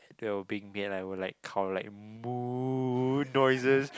that were being made I would like call like noises